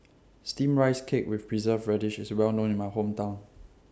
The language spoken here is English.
Steamed Rice Cake with Preserved Radish IS Well known in My Hometown